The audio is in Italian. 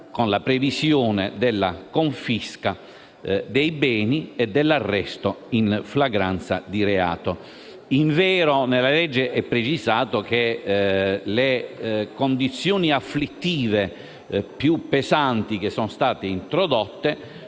con la previsione della confisca dei beni e dell'arresto in flagranza di reato. Invero, nella legge è precisato che le condizioni afflittive più pesanti che sono state introdotte